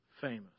famous